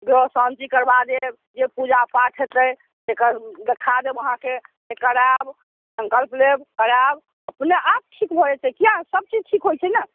ग्रह शान्ति करबा देब जे पूजा पाठ हेतै तकर देखा देब अहाँके जे करैब सङ्कल्प लेब करैब अपने आप ठीक भऽ जेतै किएक सभचीज ठीक होइ छै ने